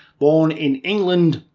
born in england,